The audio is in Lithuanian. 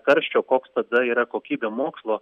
karščio koks tada yra kokybė mokslo